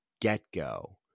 get-go